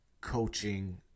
coaching